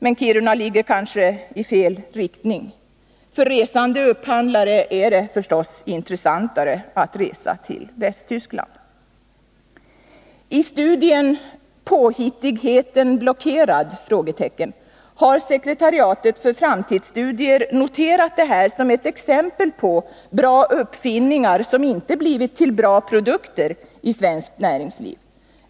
Men Kiruna ligger kanske i fel riktning. För resande upphandlare är det förstås intressantare att resa till Västtyskland. I studien Påhittigheten blockerad? har sekretariatet för framtidsstudier noterat det här som ett exempel på bra uppfinningar som inte blivit till bra produkter i svenskt näringsliv.